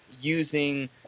using